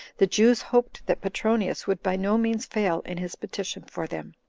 the jews hoped that petronius would by no means fail in his petition for them.